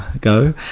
go